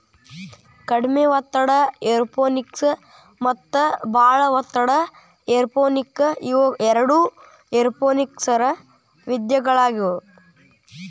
ಕಡಿಮೆ ಒತ್ತಡ ಏರೋಪೋನಿಕ್ಸ ಮತ್ತ ಬಾಳ ಒತ್ತಡ ಏರೋಪೋನಿಕ್ಸ ಇವು ಎರಡು ಏರೋಪೋನಿಕ್ಸನ ವಿಧಗಳಾಗ್ಯವು